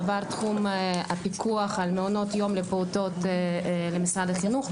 עבר תחום הפיקוח על מעונות יום לפעוטות למשרד החינוך,